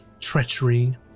treachery